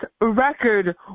record